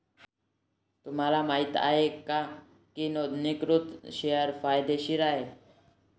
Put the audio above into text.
तुम्हाला माहित आहे का की नोंदणीकृत शेअर्स फायदेशीर आहेत?